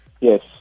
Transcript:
Yes